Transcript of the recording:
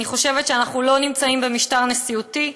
אני חושבת שאנחנו לא נמצאים במשטר נשיאותי,